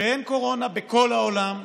שאין קורונה בכל העולם,